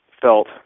felt